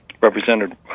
Represented